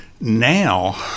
Now